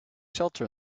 shelter